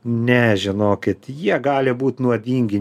ne žinokit jie gali būt nuodingi